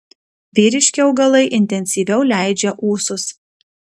vyriški augalai intensyviau leidžia ūsus